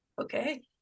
Okay